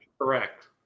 Correct